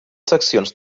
seccions